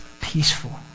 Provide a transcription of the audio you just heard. peaceful